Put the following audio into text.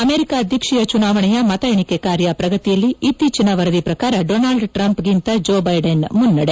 America ಅಧ್ಯಕ್ಷೀಯ ಚುನಾವಣೆಯ ಮತ ಎಣಿಕೆ ಕಾರ್ಯ ಪ್ರಗತಿಯಲ್ಲಿ ಇತ್ತೀಚಿನ ವರದಿ ಶ ಪ್ರಕಾರ ಡೊನಾಲ್ಡ್ ಟ್ರಂಪ್ಗಿಂತೆ ಜೋ ಬೈಡನ್ ಮುನ್ತ ಡೆ